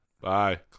Bye